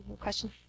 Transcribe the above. Question